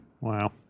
Wow